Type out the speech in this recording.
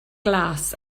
glas